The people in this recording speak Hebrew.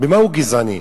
במה הוא גזעני.